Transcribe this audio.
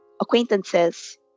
acquaintances